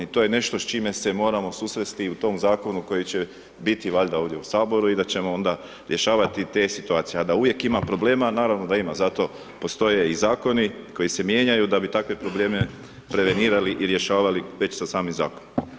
To je nešto s čime se moramo susresti i u tom zakonu koji će biti valjda ovdje u Saboru i da ćemo onda rješavati te situacije, a da uvijek ima problema, naravno da ima, zato postoje i zakoni koji se mijenjaju da bi takve probleme prevenirali i rješavali već sa samim zakonom.